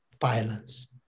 violence